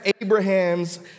Abraham's